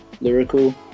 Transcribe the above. Lyrical